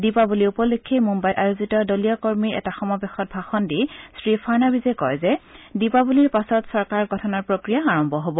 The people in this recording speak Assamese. দীপাৱলী উপলক্ষে মুম্বাইত আয়োজিত দলীয় কৰ্মীৰ এটা সমাৱেশত ভাষণ দি শ্ৰী ফাড়নবিছে কয় যে দীপাৱলীৰ পাছত চৰকাৰ গঠনৰ প্ৰক্ৰিয়া আৰম্ভ হব